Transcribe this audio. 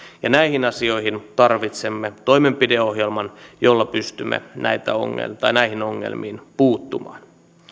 ja näihin asioihin tarvitsemme toimenpideohjelman jolla pystymme näihin ongelmiin puuttumaan